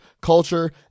culture